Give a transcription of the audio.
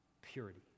purity